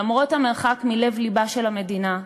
למרות המרחק מלב-לבה של המדינה,